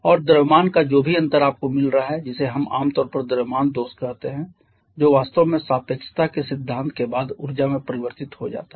और द्रव्यमान का जो भी अंतर आपको मिल रहा है जिसे हम आमतौर पर द्रव्यमान दोष कहते हैं जो वास्तव में सापेक्षता के सिद्धांत के बाद ऊर्जा में परिवर्तित हो जाता है